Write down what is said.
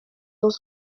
dans